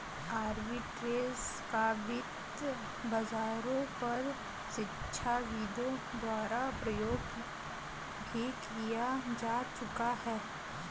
arbitrage का वित्त बाजारों पर शिक्षाविदों द्वारा प्रयोग भी किया जा चुका है